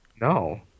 No